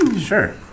Sure